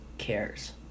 cares